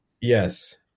Yes